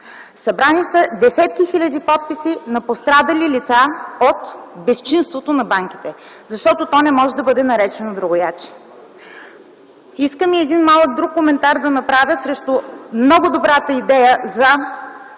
Събрани са десетки хиляди подписи на пострадали лица от безчинството на банките. Защото то не може да бъде наречено другояче. Искам да направя един друг малък коментар срещу много добрата идея за